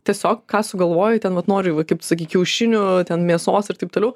tiesiog ką sugalvoji ten vat nori va kaip tu sakei kiaušinių ten mėsos ir taip toliau